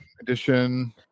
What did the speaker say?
Edition